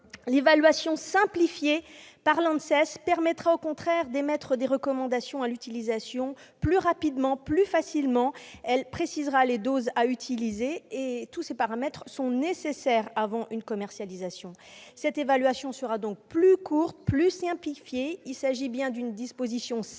évaluation simplifiée par l'ANSES permettra d'émettre des recommandations concernant l'utilisation plus rapidement et plus facilement, qui préciseront les doses à utiliser. Tous ces paramètres sont nécessaires avant une commercialisation. Cette évaluation sera donc plus courte et simplifiée. Il s'agit bien d'une disposition simplificatrice,